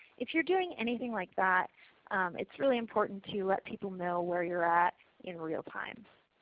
if you are doing anything like that it's really important to let people know where you are at in real time.